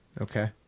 okay